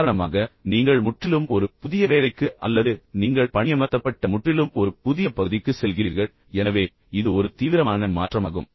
உதாரணமாக நீங்கள் முற்றிலும் ஒரு புதிய வேலைக்கு அல்லது நீங்கள் பணியமர்த்தப்பட்ட முற்றிலும் ஒரு புதிய பகுதிக்கு செல்கிறீர்கள் எனவே இது ஒரு தீவிரமான மாற்றமாகும்